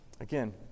Again